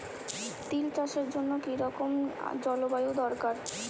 তিল চাষের জন্য কি রকম জলবায়ু দরকার?